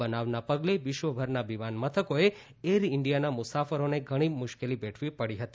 આ બનાવના પગલે વિશ્વભરના વિમાન મથકોએ એર ઇન્ડિયાના મુસાફરોને ઘણી મુશ્કેલી વેઠવી પડી હતી